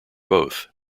both